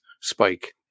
Spike